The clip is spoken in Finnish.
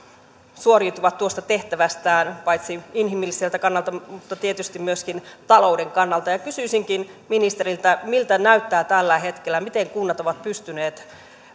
suoriutuvat tuosta tehtävästään paitsi inhimilliseltä kannalta tietysti myöskin talouden kannalta kysyisinkin ministeriltä miltä näyttää tällä hetkellä miten kunnat ovat pystyneet